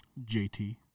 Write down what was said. JT